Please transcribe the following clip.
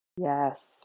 Yes